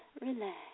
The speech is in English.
relax